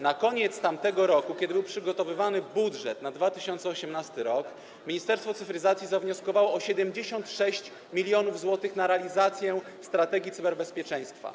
Na koniec tamtego roku, kiedy był przygotowywany budżet na 2018 r., Ministerstwo Cyfryzacji zawnioskowało o 76 mln zł na realizację strategii cyberbezpieczeństwa.